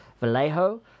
Vallejo